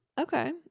Okay